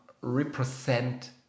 represent